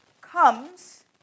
comes